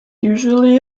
usually